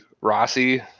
rossi